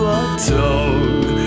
atone